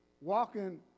walking